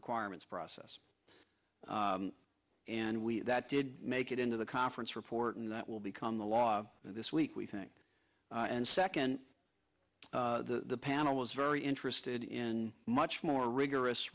requirements process and we did make it into the conference report and that will become the law this week we think and second the panel is very interested in much more rigorous